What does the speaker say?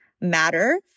matter